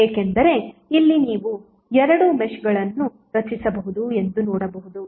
ಏಕೆಂದರೆ ಇಲ್ಲಿ ನೀವು ಎರಡು ಮೆಶ್ಗಳನ್ನು ರಚಿಸಬಹುದು ಎಂದು ನೋಡಬಹುದು